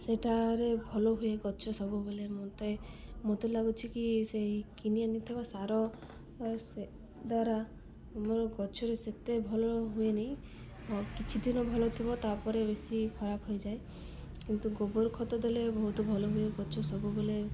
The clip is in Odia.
ସେଇଟାରେ ଭଲ ହୁଏ ଗଛ ସବୁବେଲେ ମୋତେ ମୋତେ ଲାଗୁଛି କି ସେ କିନି ଆନିଥିବା ସାର ସେ ଦ୍ୱାରା ମୋର ଗଛରେ ସେତେ ଭଲ ହୁଏନି କିଛି ଦିନ ଭଲ ଥିବ ତାପରେ ବେଶୀ ଖରାପ ହୋଇଯାଏ କିନ୍ତୁ ଗୋବର ଖତ ଦେଲେ ବହୁତ ଭଲ ହୁଏ ଗଛ ସବୁବେଲେ